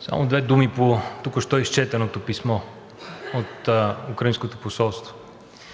само две думи по току-що изчетеното писмо от Украинското посолство.